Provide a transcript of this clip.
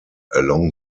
along